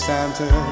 Santa